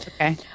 Okay